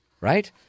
Right